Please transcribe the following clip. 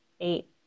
Eight